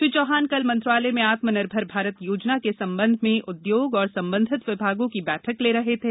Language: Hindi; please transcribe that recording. श्री चौहान कल मंत्रालय में आत्मनिर्भर भारत योजना के संबंध में उद्योग एवं संबंधित विभागों की बैठक ले रहे थे